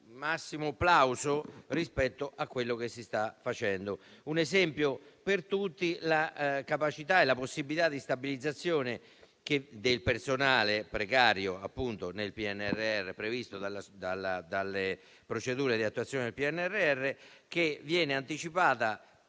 massimo plauso rispetto a quello che si sta facendo. Un esempio per tutti è la possibilità della stabilizzazione del personale precario, prevista dalle procedure di attuazione del PNRR e che viene anticipata